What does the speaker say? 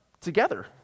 together